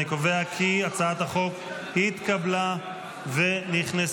אני קובע כי הצעת החוק התקבלה בקריאה השלישית,